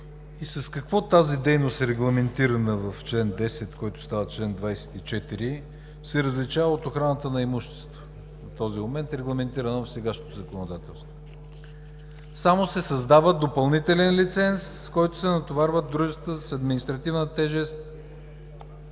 С какво тази дейност, регламентирана в чл. 10, който става чл. 24, се различава от охраната на имущество? До този момент е регламентирана в сегашното законодателство. Само се създава допълнителен лиценз, с който се натоварват дружествата с административна тежест